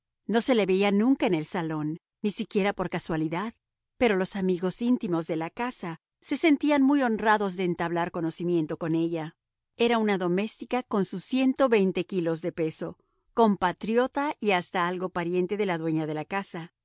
no se la veía nunca en el salón ni siquiera por casualidad pero los amigos íntimos de la casa se sentían muy honrados de entablar conocimiento con ella era una doméstica con sus kilos de peso compatriota y hasta algo pariente de la dueña de la casa